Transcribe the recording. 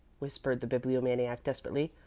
whispered the bibliomaniac, desperately,